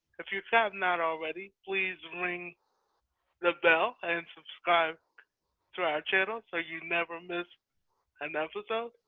if you have not already, please ring the bell and subscribe to our channel so you never miss an episode.